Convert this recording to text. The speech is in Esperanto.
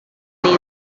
nin